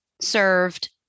served